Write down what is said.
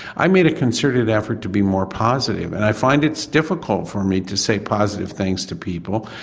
i made a concerted effort to be more positive, and i find it's difficult for me to say positive things to people,